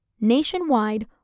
Nationwide